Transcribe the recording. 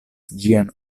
ĝian